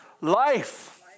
Life